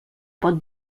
pot